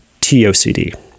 TOCD